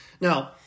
Now